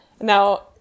Now